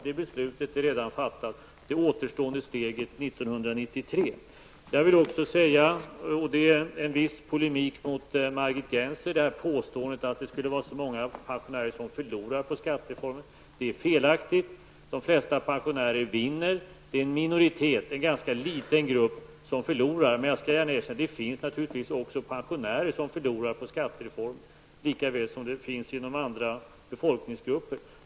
Det återstående steget tar vi år 1993, det beslutet är redan fattat. Påståendet att så många pensionärer skulle förlora på skattereformen är felaktig -- detta sagt som en viss polemik mot Margit Gennser. Det flesta pensionärer vinner. Det är en minoritet, en ganska liten grupp, som förlorar. Men jag skall gärna erkänna att det naturligtvis också finns pensionärer som förlorar på skattereformen lika väl som andra befolkningsgrupper.